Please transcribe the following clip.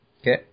Okay